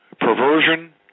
perversion